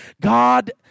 God